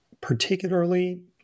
particularly